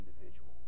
individual